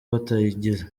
batayizi